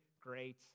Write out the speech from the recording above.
great